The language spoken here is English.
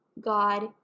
God